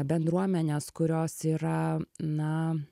bendruomenes kurios yra na